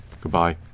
Goodbye